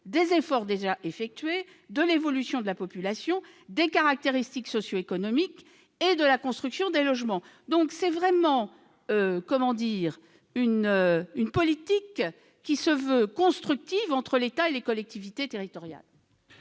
des efforts déjà effectués, de l'évolution de la population, des caractéristiques socio-économiques et de la construction de nouveaux logements. C'est donc vraiment une politique qui se veut constructive entre l'État et les collectivités territoriales.